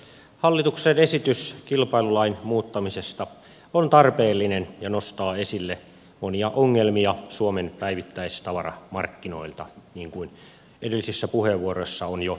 hallituksen esitys kilpailulain muuttamisesta on tarpeellinen ja nostaa esille monia ongelmia suomen päivittäistavaramarkkinoilta niin kuin edellisissä puheenvuoroissa on jo esille tuotu